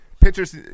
pitchers